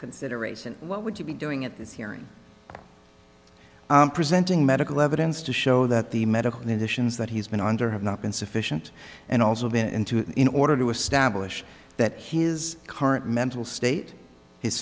consideration what would you be doing at this hearing presenting medical evidence to show that the medical conditions that he's been under have not been sufficient and also been in to in order to establish that his current mental state